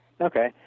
Okay